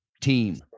Team